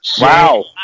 Wow